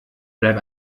bleib